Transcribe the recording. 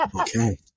Okay